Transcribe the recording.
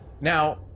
now